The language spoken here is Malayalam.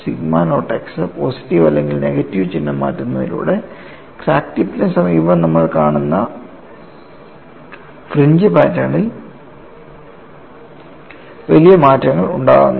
സിഗ്മ നോട്ട് x പോസിറ്റീവ് അല്ലെങ്കിൽ നെഗറ്റീവ് ചിഹ്നം മാറ്റുന്നതിലൂടെ ക്രാക്ക് ടിപ്പിന് സമീപം നമ്മൾ കാണുന്ന ഫ്രഞ്ച് പാറ്റേണിൽ വലിയ മാറ്റങ്ങൾ ഉണ്ടാകുന്നു